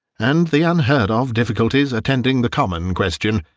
and the unheard-of difficulties attending the common question,